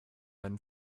einen